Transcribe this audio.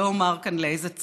לא אומר כאן לאיזה צרכים.